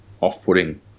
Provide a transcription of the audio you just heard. off-putting